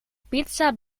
pizza